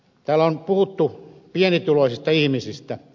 täällä on puhuttu pienituloisista ihmisistä